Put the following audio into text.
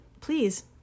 please